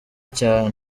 cyane